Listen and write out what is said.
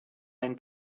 ein